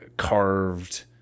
carved